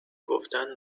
گفتن